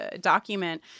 document